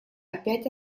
опять